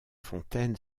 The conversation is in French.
fontaine